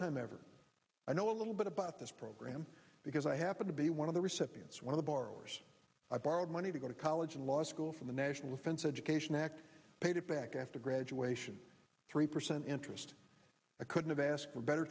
time ever i know a little bit about this program because i happen to be one of the recipients one of the borrowers i borrowed money to go to college and law school from the national defense education act paid it back after graduation three percent interest i couldn't ask for better